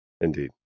Indeed